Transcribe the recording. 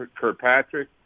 Kirkpatrick